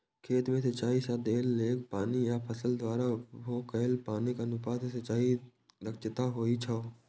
खेत मे सिंचाइ सं देल गेल पानि आ फसल द्वारा उपभोग कैल पानिक अनुपात सिंचाइ दक्षता होइ छै